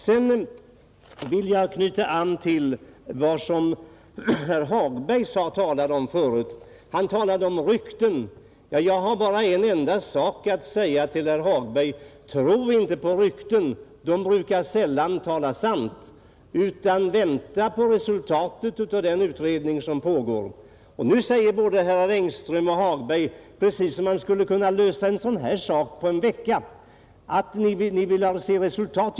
Sedan vill jag knyta an till de rykten som herr Hagberg talade om. Jag har där bara en sak att säga till herr Hagberg: Tro inte på rykten! De brukar sällan tala sant. Vänta i stället på resultatet av den utredning som pågår. Vidare talade både herr Engström och herr Hagberg som om man skulle kunna utreda denna fråga på en vecka, De vill se resultat.